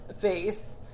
face